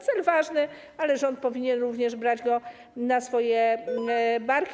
Cel ważny, ale rząd powinien również brać go na swoje barki.